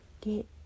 get